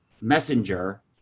messenger